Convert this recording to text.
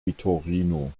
vitorino